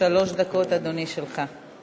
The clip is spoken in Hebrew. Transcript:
שלוש דקות, אדוני, שלך.